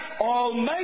Almighty